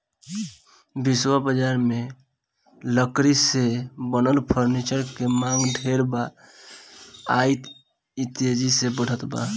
विश्व बजार में लकड़ी से बनल फर्नीचर के मांग ढेर बा आ इ तेजी से बढ़ते बा